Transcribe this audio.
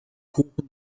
kuchen